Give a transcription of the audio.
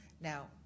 Now